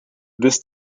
this